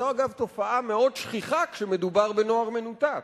אגב, זו תופעה מאוד שכיחה כשמדובר בנוער מנותק.